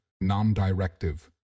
non-directive